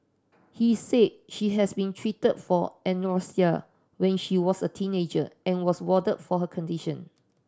he said she has been treated for anorexia when she was a teenager and was warded for her condition